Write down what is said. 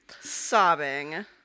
Sobbing